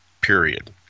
period